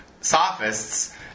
sophists